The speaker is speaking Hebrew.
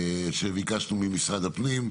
שביקשנו ממשרד הפנים,